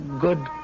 good